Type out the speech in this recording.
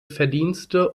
verdienste